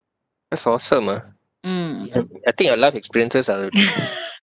that's awesome ah I I think your life experiences are